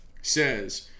Says